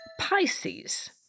Pisces